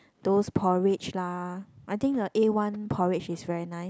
those porridge lah I think the A one porridge is very nice